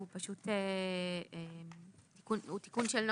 פשוט תיקון של נוסח.